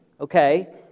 okay